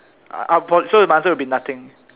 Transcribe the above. I prob~ so my answer will be nothing